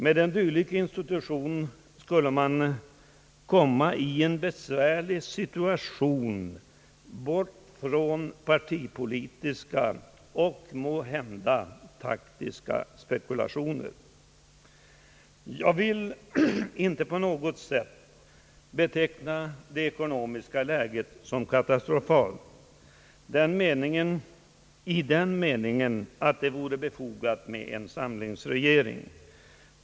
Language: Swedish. Med en dylik institution skulle man i en besvärlig situation komma bort från partipolitiska och måhända taktiska spekulationer. Jag vill inte på något sätt beteckna det ekonomiska läget såsom katastrofalt i den meningen att det vore befogat med en samlingsregering.